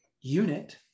unit